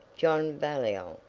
john baliol,